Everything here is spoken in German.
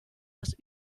das